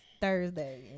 thursday